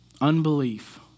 unbelief